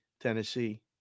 Tennessee